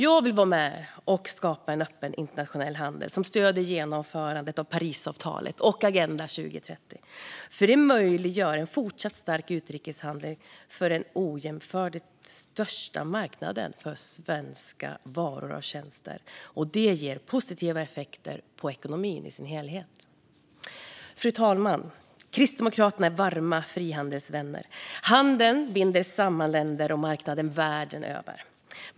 Jag vill vara med och skapa en öppen internationell handel som stöder genomförandet av Parisavtalet och Agenda 2030. Det möjliggör en fortsatt stark utrikeshandel på den ojämförligt största marknaden för svenska varor och tjänster, vilket ger positiva effekter på ekonomin som helhet. Fru talman! Kristdemokraterna är varma frihandelsvänner. Handel binder samman länder och marknader världen över.